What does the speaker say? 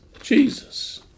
Jesus